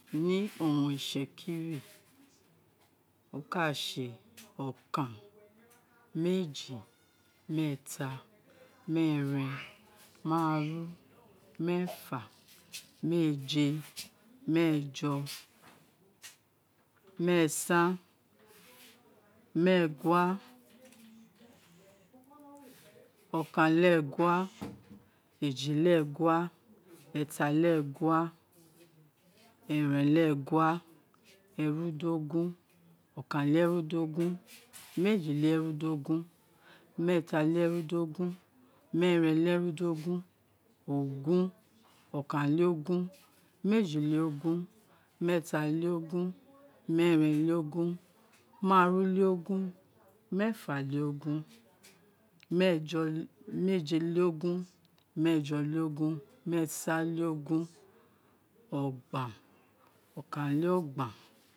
Ni owun itsekiri io kase okan, meji, metue, mėėran, maaru, méèfa, mééje, meejo, meesany meegha okan-le-egua, eji-le egua, eta-le-egua, eren-le-egua erudogun-okan-le-erudogun méeji-le-ogun, meeji-le-ogun meeta-le-ogun, meeren-le-ogun maaru-le-ogun, meefa te-ogun meeje-le-ogun, meejo, te-ogun meesan-le-ogun, ogbany okan-le-ogban.